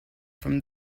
from